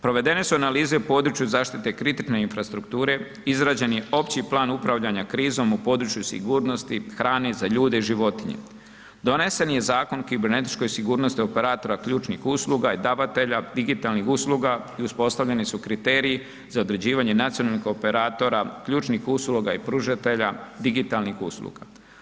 Provedene su analize u području zaštite kritične infrastrukture, izrađen je opći plan upravljanja krizom u području sigurnosti hrane za ljude i životinje, donesen je Zakon o kibernetičkoj sigurnosti operatora ključnih usluga i davatelja digitalnih usluga i uspostavljeni su kriteriji za određivanje nacionalnih operatora, ključnih usluga i pružatelja digitalnih usluga.